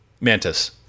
Mantis